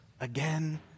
again